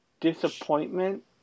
disappointment